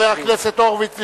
חבר הכנסת הורוביץ,